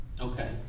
Okay